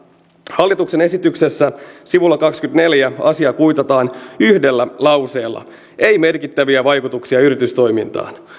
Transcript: hallituksen esityksessä sivulla kaksikymmentäneljä asia kuitataan yhdellä lauseella ei merkittäviä vaikutuksia yritystoimintaan